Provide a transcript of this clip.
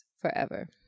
forever